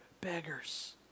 beggars